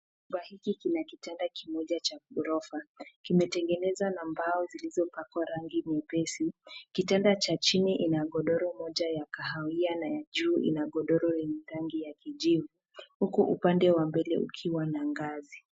Chumba hiki kina kitanda kimoja cha ghorofa. Kimetengenezwa na mbao zilizopakwa rangi nyepesi. Kitanda cha chini kina godoro moja ya kahawia na ya juu godoro yenye rangi ya kijivu huku upande wa mbele ukiwa na ngazi.